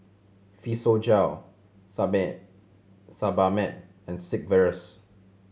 Physiogel Sebamed and Sigvaris